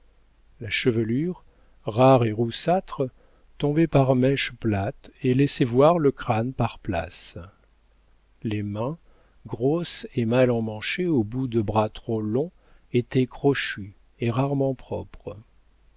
la chevelure rare et roussâtre tombait par mèches plates et laissait voir le crâne par places les mains grosses et mal emmanchées au bout de bras trop longs étaient crochues et rarement propres